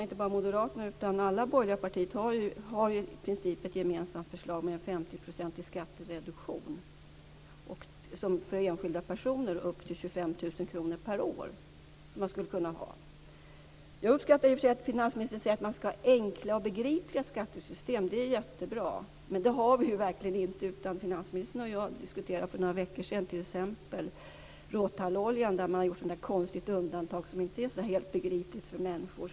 Inte bara Moderaterna utan alla borgerliga partier har i princip ett gemensamt förslag om en 50 Jag uppskattar i och för sig att finansministern säger att man skall ha enkla och begripliga skattesystem. Det är jättebra, men det har vi verkligen inte. Finansministern och jag diskuterade t.ex. råtalloljan för några veckor sedan. När det gäller den har man gjort ett konstigt undantag som inte är helt begripligt för människor.